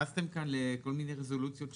אתם נכנסתם כאן לכל מיני רזולוציות.